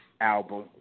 album